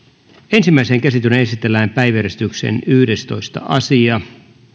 ensimmäiseen käsittelyyn esitellään päiväjärjestyksen yhdestoista asia